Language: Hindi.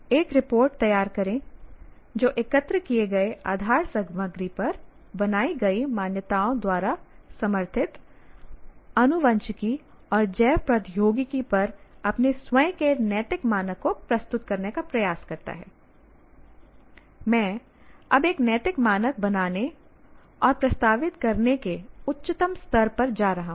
एक रिपोर्ट तैयार करें जो एकत्र किए गए आधार सामग्री पर बनाई गई मान्यताओं द्वारा समर्थित आनुवंशिकी और जैव प्रौद्योगिकी पर अपने स्वयं के नैतिक मानक को प्रस्तुत करने का प्रयास करता है मैं अब एक नैतिक मानक बनाने और प्रस्तावित करने के उच्चतम स्तर पर जा रहा हूं